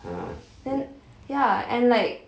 ya and like